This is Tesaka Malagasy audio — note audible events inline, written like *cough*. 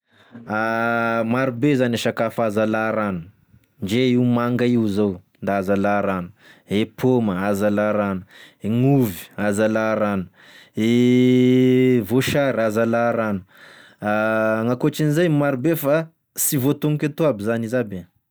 *hesitation* Marobe zany e sakafo azo ala rano ndre io manga io zao da azo ala rano ,e pôma azo ala rano gn'ovy azo ala rano *hesitation* e voasary azo ala rano aaaa gn'akotrin'izay maro be fa sy voatognoko etoa aby zany izy aby e.